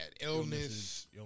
illness